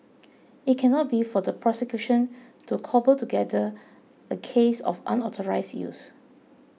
it cannot be for the prosecution to cobble together a case of unauthorised use